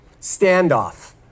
standoff